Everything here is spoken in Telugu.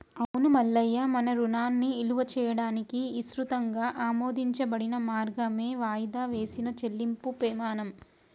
అవును మల్లయ్య మన రుణాన్ని ఇలువ చేయడానికి ఇసృతంగా ఆమోదించబడిన మార్గమే వాయిదా వేసిన చెల్లింపుము పెమాణం